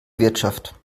wirtschaft